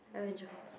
Adventure-Cove